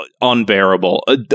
unbearable